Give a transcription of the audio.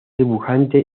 dibujante